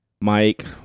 Mike